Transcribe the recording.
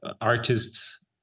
artists